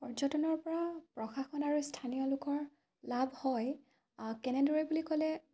পৰ্যটনৰপৰা প্ৰশাসন আৰু স্থানীয় লোকৰ লাভ হয় কেনেদৰে বুলি ক'লে